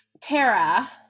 Tara